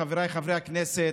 חבריי חברי הכנסת,